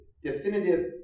definitive